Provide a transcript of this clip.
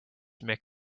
make